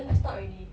then